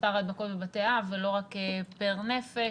מספר ההדבקות בבתי אב ולא רק פר נפש.